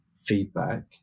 feedback